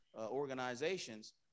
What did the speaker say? organizations